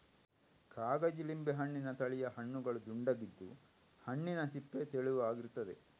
ಕಾಗಜಿ ಲಿಂಬೆ ಹಣ್ಣಿನ ತಳಿಯ ಹಣ್ಣುಗಳು ದುಂಡಗಿದ್ದು, ಹಣ್ಣಿನ ಸಿಪ್ಪೆ ತೆಳುವಾಗಿರ್ತದೆ